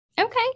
okay